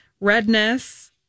redness